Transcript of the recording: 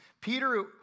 Peter